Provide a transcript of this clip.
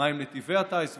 ומהם נתיבי הטיס וכו'.